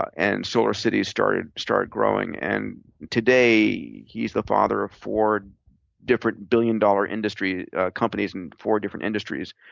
and solarcity started started growing, and today he's the father of four different billion-dollar industry companies in four different industries,